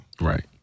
Right